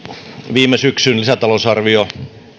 viime syksyn lisätalousarvion